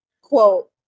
quote